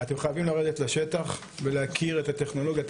אתם חייבים לרדת לשטח ולהכיר את הטכנולוגיה,